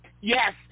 Yes